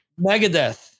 Megadeth